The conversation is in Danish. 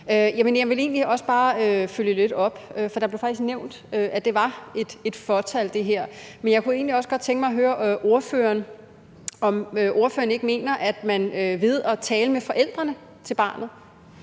Jeg vil egentlig bare følge lidt op på det, for det blev faktisk nævnt, at det var et fåtal. Men jeg kunne også godt tænke mig at høre, om ordføreren ikke mener, at man ved at tale med forældrene til barnet